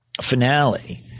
finale